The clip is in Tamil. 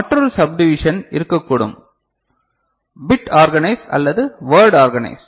மற்றொரு சப்டிவிஷன் இருக்கக்கூடும் பிட் ஆர்கனைஸ்ட் அல்லது வர்ட் ஆர்கனைஸ்ட்